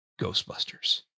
Ghostbusters